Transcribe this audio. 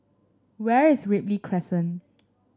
where is Ripley Crescent